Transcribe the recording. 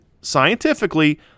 scientifically